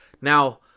Now